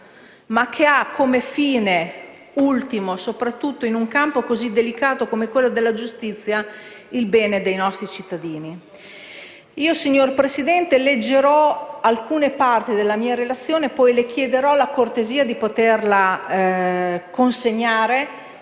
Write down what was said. ma che ha come fine ultimo, soprattutto in un campo così delicato come quello della giustizia, il bene dei nostri cittadini). Signor Presidente, io leggerò alcune parti del mio intervento, poi le chiederò la cortesia di poterlo pubblicare